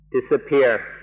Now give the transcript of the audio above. disappear